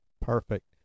Perfect